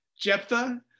Jephthah